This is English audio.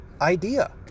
idea